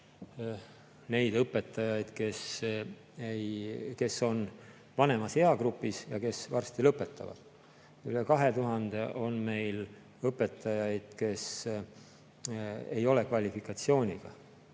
neid õpetajaid, kes on vanemas eagrupis ja kes varsti lõpetavad. Üle 2000 on meil õpetajaid, kes ei ole kvalifikatsiooniga.